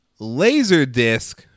Laserdisc